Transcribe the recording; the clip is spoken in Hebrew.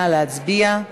נא להצביע.